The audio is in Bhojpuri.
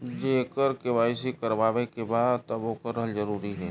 जेकर के.वाइ.सी करवाएं के बा तब ओकर रहल जरूरी हे?